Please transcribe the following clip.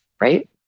right